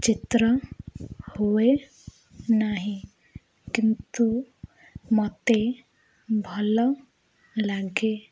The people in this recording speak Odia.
ଚିତ୍ର ହୁଏ ନାହିଁ କିନ୍ତୁ ମୋତେ ଭଲ ଲାଗେ